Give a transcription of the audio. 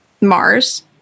Mars